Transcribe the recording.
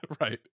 Right